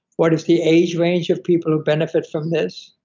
what is the age range of people who benefit from this?